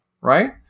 Right